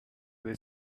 will